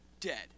dead